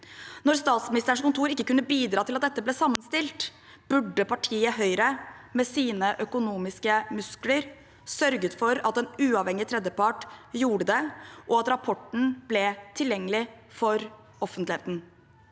Når Statsministerens kontor ikke kunne bidra til at dette ble sammenstilt, burde partiet Høyre, med sine økonomiske muskler, sørget for at en uavhengig tredjepart gjorde det, og at rapporten ble tilgjengelig for offentligheten.